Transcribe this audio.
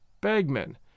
bagmen